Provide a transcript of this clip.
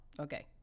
Okay